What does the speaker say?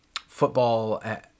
football